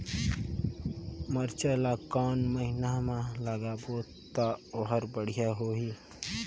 मिरचा ला कोन महीना मा लगाबो ता ओहार बेडिया होही?